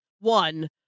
one